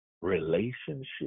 relationship